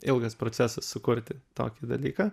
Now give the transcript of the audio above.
ilgas procesas sukurti tokį dalyką